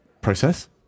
process